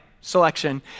selection